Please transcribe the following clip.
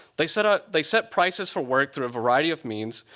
they set ah they set prices for work through a variety of means.